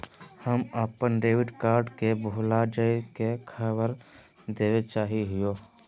हम अप्पन debit card के भुला जाये के खबर देवे चाहे हियो